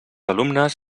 alumnes